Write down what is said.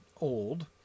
old